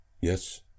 Yes